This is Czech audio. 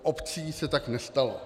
U obcí se tak nestalo.